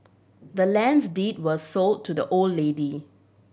the land's deed was sold to the old lady